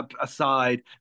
aside